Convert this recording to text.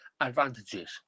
advantages